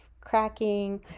cracking